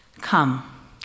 Come